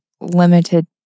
limited